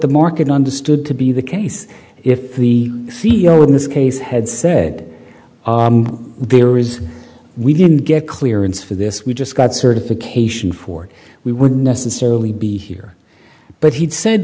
the market understood to be the case if the feel in this case had said there is we didn't get clearance for this we just got certification for we wouldn't necessarily be here but he'd said